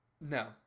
No